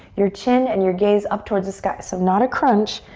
your chin and your gaze up towards the sky. so not a crunch,